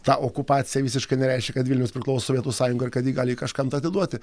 ta okupacija visiškai nereiškia kad vilnius priklauso sovietų sąjungaiir kad ji gali jį kažkam atiduoti